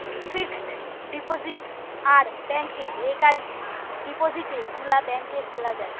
fixed deposit আর ব্যাংকে recurring ডিপোজিটে গুলা ব্যাংকে খোলা যায়